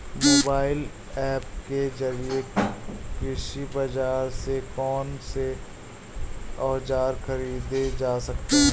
Mobile app के जरिए कृषि बाजार से कौन से औजार ख़रीदे जा सकते हैं?